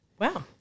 Wow